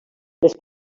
les